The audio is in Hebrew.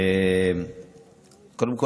קודם כול,